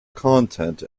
content